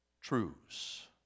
truths